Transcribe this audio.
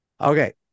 Okay